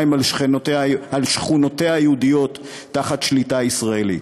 על שכונותיה היהודיות בשליטה ישראלית,